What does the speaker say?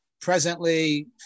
presently